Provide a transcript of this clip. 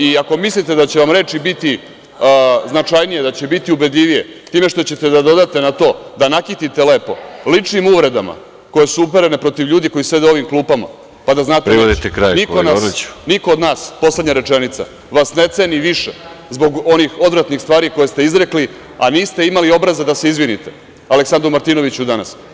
I ako mislite da će vam rači biti značajnije, da ćete biti ubedljivije, time što ćete da dodate na to, da nakitite lepo ličnim uvredama koje su uprene protiv ljudi koji sede u klupama, da znate, niko od nas, poslednja rečenica, vas ne ceni više zbog onih odvratnih stvari koje ste izrekli, a niste imali obraza da se izvinite Aleksandru Martinoviću danas.